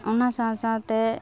ᱚᱱᱟ ᱥᱟᱶ ᱥᱟᱶᱛᱮ